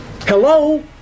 Hello